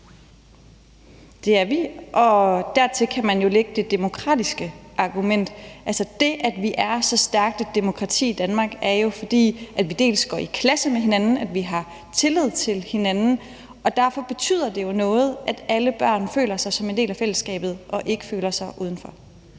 Det er vi. Dertil kan man jo lægge det demokratiske argument. Det, at vi har så stærkt et demokrati i Danmark, kommer jo af, at vi går i klasse med hinanden, og at vi har tillid til hinanden. Derfor betyder det jo noget, at alle børn føler sig som en del af fællesskabet og ikke føler sig udenfor.